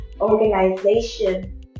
organization